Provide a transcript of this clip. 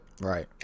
right